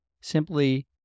simply